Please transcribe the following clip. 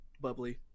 bubbly